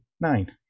nine